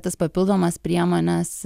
tas papildomas priemones